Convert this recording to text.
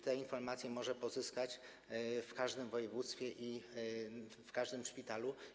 Te informacje może uzyskać w każdym województwie i w każdym szpitalu.